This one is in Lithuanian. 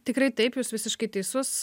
tikrai taip jūs visiškai teisus